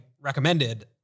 recommended